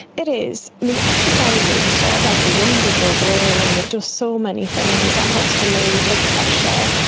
it is. i mean, exercise is sort of like a wonderdrug really, it does so many things. it helps to lower your blood pressure,